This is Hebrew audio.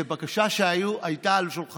זו בקשה שהייתה על שולחני